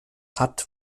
hat